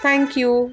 thank you